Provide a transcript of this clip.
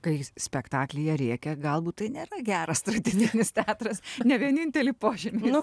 kai spektaklyje rėkia galbūt tai nėra geras tradicinis teatras ne vieninteliu požymį